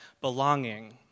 belonging